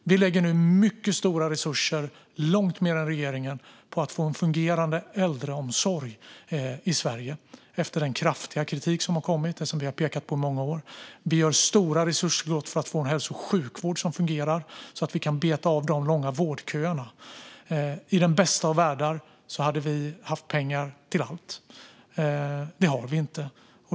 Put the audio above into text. Vi lägger nu mycket stora resurser, långt mer än regeringen, på att få en fungerande äldreomsorg i Sverige efter den kraftiga kritik som har kommit och som vi har pekat på i många år. Vi gör stora resurssatsningar för att få en hälso och sjukvård som fungerar, för att kunna beta av de långa vårdköerna. I den bästa av världar hade vi haft pengar till allt. Det har vi inte.